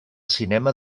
cinema